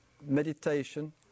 meditation